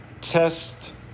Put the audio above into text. test